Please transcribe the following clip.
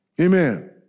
Amen